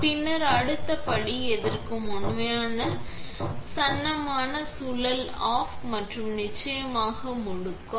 பின்னர் அடுத்த படி எதிர்க்கும் உண்மையான சன்னமான சுழல் ஆஃப் மற்றும் நிச்சயமாக முடுக்கம்